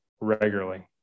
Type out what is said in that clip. regularly